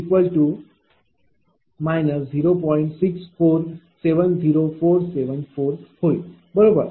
4670474 होईल बरोबर